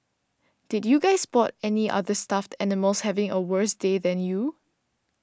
did you guys spot any other stuffed animals having a worse day than you